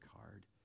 hard